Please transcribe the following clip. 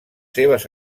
seves